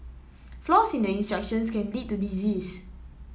flaws in the instructions can lead to disease